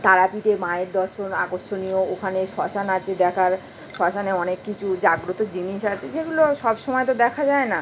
তারাপীঠের মায়ের দর্শন আকর্ষণীয় ওখানে শ্মশান আছে দেখার শ্মশানে অনেক কিছু জাগ্রত জিনিস আছে যেগুলো সবসময় তো দেখা যায় না